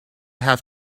have